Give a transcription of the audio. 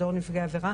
מדור נפגעי עבירה.